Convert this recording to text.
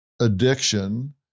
addiction